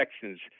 Texans